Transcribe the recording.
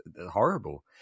horrible